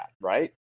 Right